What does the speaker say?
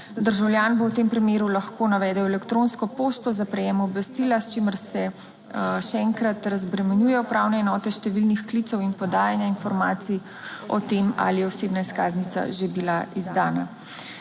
Državljan bo v tem primeru lahko navedel elektronsko pošto za prejem obvestila, s čimer se še enkrat razbremenjuje upravne enote številnih klicev in podajanja informacij o tem, ali je osebna izkaznica že bila izdana.